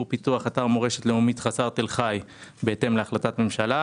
פיתוח אתר מורשת לאומית חצר תל-חי בהתאם להחלטת ממשלה,